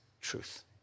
truth